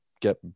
get